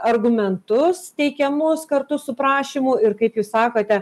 argumentus teikiamus kartu su prašymu ir kaip jūs sakote